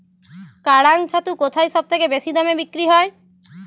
কাড়াং ছাতু কোথায় সবথেকে বেশি দামে বিক্রি হয়?